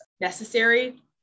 necessary